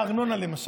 בארנונה, למשל.